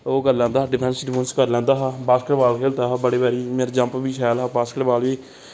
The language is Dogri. ओह् करी लैंदा हा डिफैन्स डफुंस करी लैंदा हा बास्केटबाल खेलदा हा बड़ी बारी मेरा जम्प बी शैल हा बास्केटबाल बी